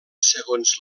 segons